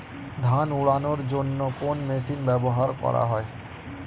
ধান উড়ানোর জন্য কোন মেশিন ব্যবহার করা হয়?